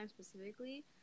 specifically